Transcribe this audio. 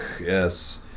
Yes